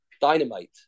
dynamite